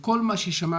כל מה ששמעתי,